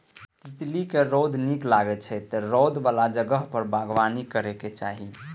तितली कें रौद नीक लागै छै, तें रौद बला जगह पर बागबानी करैके चाही